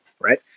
right